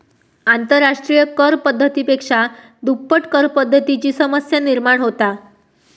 आंतरराष्ट्रिय कर पद्धती पेक्षा दुप्पट करपद्धतीची समस्या निर्माण होता